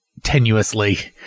tenuously